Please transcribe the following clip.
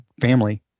family